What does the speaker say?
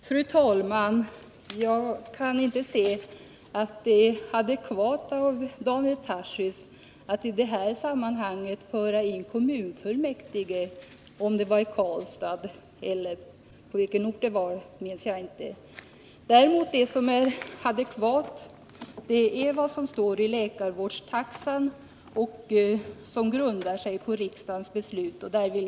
Fru talman! Jag kan inte se att det är adekvat av Daniel Tarschys att i det här sammanhanget föra in kommunfullmäktige. Var det kommunfullmäktige i Karlstad? Jag minns inte vilken ort Daniel Tarschys nämnde. Däremot är det som står i läkarvårdstaxan adekvat. Den grundar sig på riksdagens beslut.